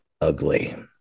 ugly